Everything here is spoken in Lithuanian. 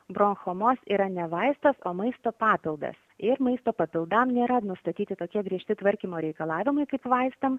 brocho mos yra ne vaistas o maisto papildas ir maisto papildam nėra nustatyti tokie griežti tvarkymo reikalavimai kaip vaistam